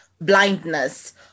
blindness